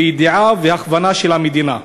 בידיעה ובהכוונה של המדינה.